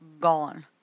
gone